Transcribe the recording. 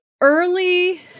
early